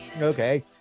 Okay